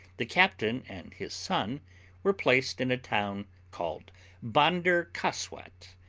the captain and his son were placed in a town called bonder coswat,